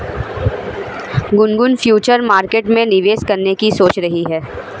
Gungun future market में निवेश करने की सोच रही है